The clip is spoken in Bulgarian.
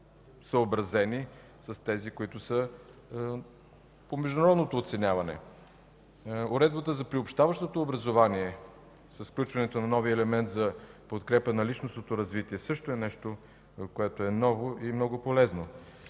съобразени с тези, които са по международното оценяване. Уредбата за приобщаващото образование с включването на новия елемент за подкрепа на личностното развитие също е нещо, което е ново и много полезно.